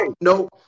no